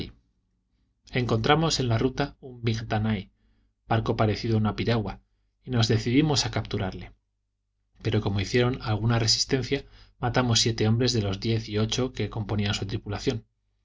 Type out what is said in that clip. encontramos en la ruta un bignadai barco parecido a una piragua y nos decidimos a capturarle pero como hicieron alguna resistencia matamos siete hombres de los diez y ocho que componían su tripulación